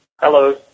Hello